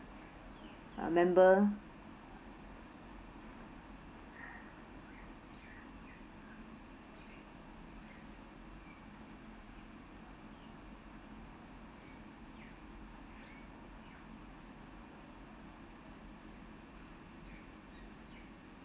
uh member